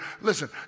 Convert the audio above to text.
listen